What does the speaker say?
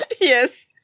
Yes